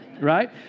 Right